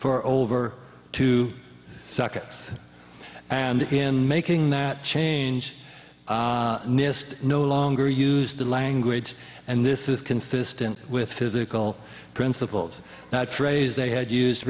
for over two seconds and in making that change nist no longer used the language and this is consistent with physical principles that phrase they had used